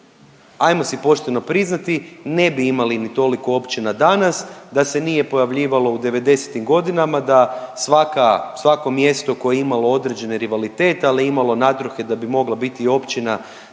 Hajmo si pošteno priznati, ne bi imali ni toliko općina danas da se nije pojavljivalo u devedesetim godinama da svako mjesto koje je imalo određeni rivalitet ali je imalo natruhe da bi mogla biti općina dal'